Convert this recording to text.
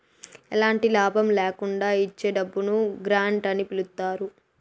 ఎలాంటి లాభం ల్యాకుండా ఇచ్చే డబ్బును గ్రాంట్ అని పిలుత్తారు